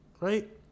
right